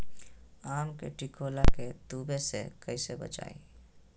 आम के टिकोला के तुवे से कैसे बचाई?